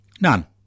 None